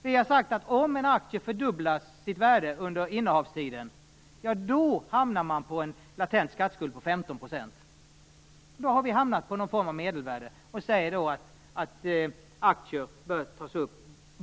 Vi har sagt att om en akties värde fördubblas under innehavstiden hamnar man på en latent skatteskuld på 15 % och därmed på en sorts medelvärde.